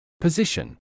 Position